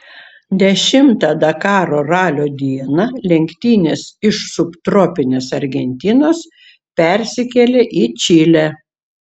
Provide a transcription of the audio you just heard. dešimtą dakaro ralio dieną lenktynės iš subtropinės argentinos persikėlė į čilę